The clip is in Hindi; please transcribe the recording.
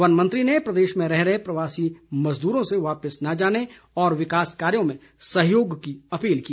वन मंत्री ने प्रदेश में रह रहे प्रवासी मज़दूरों से वापिस न जाने और विकास कार्यों में सहयोग की अपील की